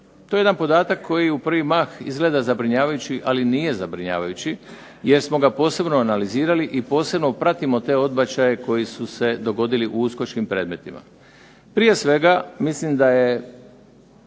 To je jedan podatak koji u prvi mah izgleda zabrinjavajući, ali nije zabrinjavajući jer smo ga posebno analizirali i posebno pratimo te odbačaje koji su se dogodili u uskočkim predmetima. Prije svega mislim da je